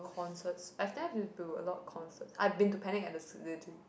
concerts I've never been into a lot of concerts I've been to Panic at the D~ D~